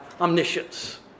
omniscience